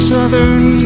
Southern